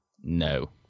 No